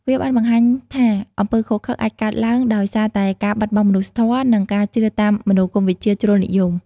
វាបានបង្ហាញថាអំពើឃោរឃៅអាចកើតឡើងដោយសារតែការបាត់បង់មនុស្សធម៌ និងការជឿតាមមនោគមវិជ្ជាជ្រុលនិយម។